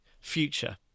future